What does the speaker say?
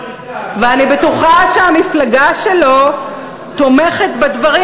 ואני בטוחה שהמפלגה שלו תומכת בדברים,